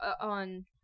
on